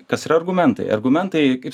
kas yra argumentai argumentai kaip